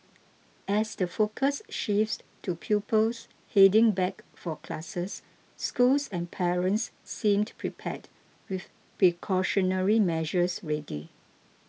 as the focus shifts to pupils heading back for classes schools and parents seem to prepared with precautionary measures ready